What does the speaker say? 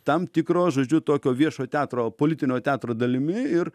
tam tikro žodžiu tokio viešo teatro politinio teatro dalimi ir